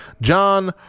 John